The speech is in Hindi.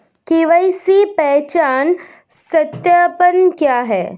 के.वाई.सी पहचान सत्यापन क्या है?